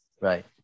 Right